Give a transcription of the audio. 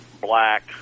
black